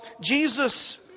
Jesus